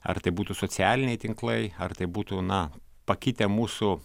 ar tai būtų socialiniai tinklai ar tai būtų na pakitę mūsų